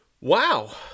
wow